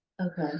Okay